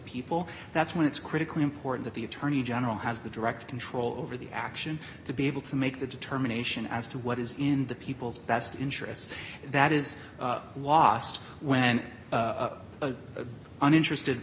people that's when it's critically important that the attorney general has the direct control over the action to be able to make the determination as to what is in the people's best interest that is lost when a uninterested